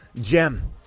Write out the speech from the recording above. gem